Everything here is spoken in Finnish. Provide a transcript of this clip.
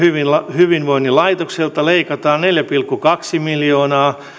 hyvinvoinnin laitokselta leikataan neljä pilkku kaksi miljoonaa